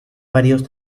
varios